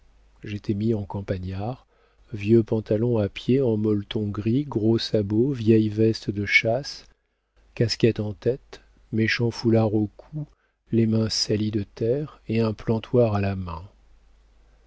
j'étais mis en campagnard vieux pantalon à pied en molleton gris gros sabots vieille veste de chasse casquette en tête méchant foulard au cou les mains salies de terre et un plantoir à la main